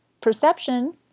perception